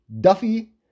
Duffy